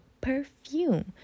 perfume